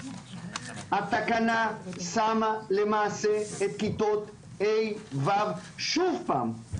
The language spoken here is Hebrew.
התקנה שמה למעשה את כיתות ה'-ו' שוב פעם,